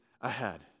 ahead